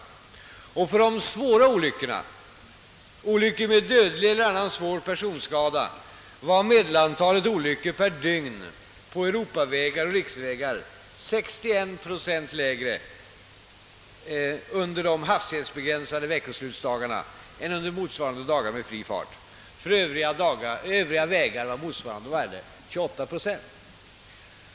Be träffande de svåra olyckorna — olyckor med dödlig utgång eller svår personskada — var medelantalet olyckor per dygn på europavägar och riksvägar 61 procent lägre under de hastighetsbegränsade veckoslutsdagarna än under motsvarande dagar med fri fart. För övriga vägar var motsvarande siffra 28 procent.